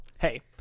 hey